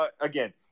again